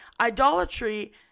Idolatry